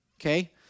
Okay